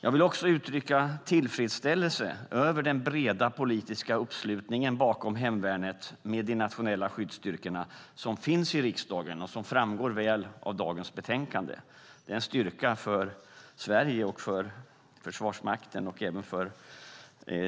Jag vill också uttrycka tillfredsställelse över den breda politiska uppslutning bakom hemvärnet med de nationella skyddsstyrkorna som finns i riksdagen, och som framgår väl av utskottets betänkande. Det är en styrka för Sverige och för Försvarsmakten och även för